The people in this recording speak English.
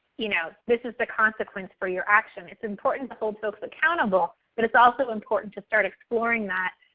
you know this is the consequence for your action. it's important to hold folks accountable, but it's also important to start exploring